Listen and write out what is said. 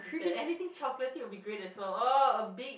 so everything chocolatey will be great as well oh a big